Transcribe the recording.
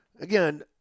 Again